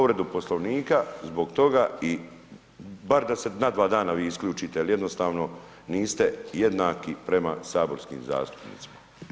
povredu Poslovnika zbog toga i bar da se na dva dana vi isključite, jer jednostavno niste jednaki prema saborskim zastupnicima.